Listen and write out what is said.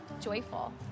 joyful